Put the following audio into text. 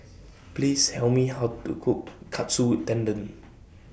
Please Tell Me How to Cook Katsu Tendon